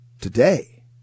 today